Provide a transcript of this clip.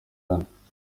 ghana